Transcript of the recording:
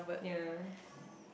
yea